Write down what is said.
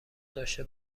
داشته